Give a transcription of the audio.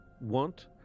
want